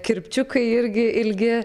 kirpčiukai irgi ilgi